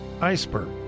iceberg